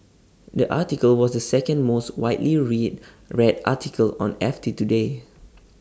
the article was the second most widely read red article on F T today